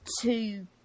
two